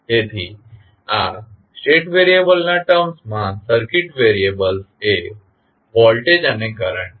તેથી આ સ્ટેટ વેરિયેબલનાં ટર્મ્સમાં સર્કિટ વેરિયેબલએ વોલ્ટેજ અને કરંટ છે